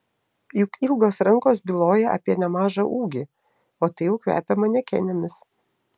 juk ilgos rankos byloja apie nemažą ūgį o tai jau kvepia manekenėmis